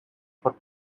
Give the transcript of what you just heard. for